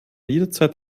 jederzeit